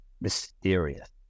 mysterious